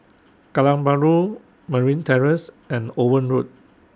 Kallang Bahru Merryn Terrace and Owen Road